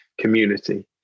community